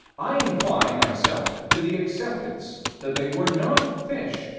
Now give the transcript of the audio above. i incline, myself, to the acceptance that they were not fish,